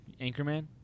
Anchorman